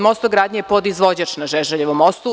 Mostogradnja“ je podizvođač na Žeželjevom mostu.